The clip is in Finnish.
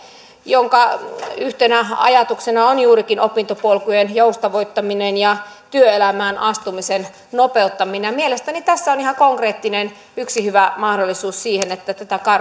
jonka yhtenä ajatuksena on juurikin opintopolkujen joustavoittaminen ja työelämään astumisen nopeuttaminen mielestäni tässä on yksi hyvä ihan konkreettinen mahdollisuus siihen että